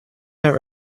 that